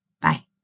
Bye